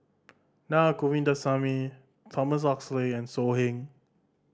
Naa Govindasamy Thomas Oxley and So Heng